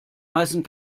heißen